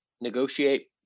Negotiate